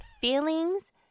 feelings